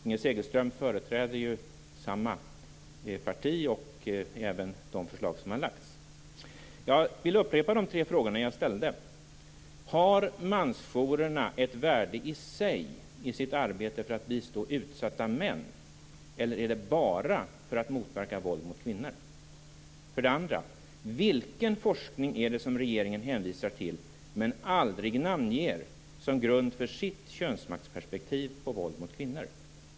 Inger Segelström företräder ju samma parti och även de förslag som har framlagts. Jag vill upprepa de tre frågor som jag ställde. För det första: Har mansjourerna ett värde i sig i sitt arbete för att bistå utsatta män, eller är de bara till för att motverka våld mot kvinnor? För det andra: Vilken forskning är det som regeringen hänvisar till men aldrig namnger som grund för sitt könsmaktsperspektiv på våld mot kvinnor?